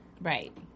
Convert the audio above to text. Right